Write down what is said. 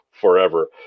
forever